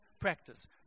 practice